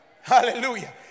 Hallelujah